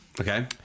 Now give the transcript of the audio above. Okay